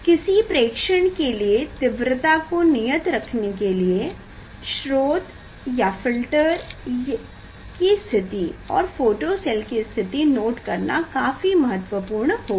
किसी प्रेक्षण के लिए तीव्रता को नियत रखने के लिए स्रोत फ़िल्टर की स्थिति और फोटो सेल की स्थिति नोट करना काफी महत्वपूर्ण होगा